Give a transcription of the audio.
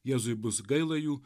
jėzui bus gaila jų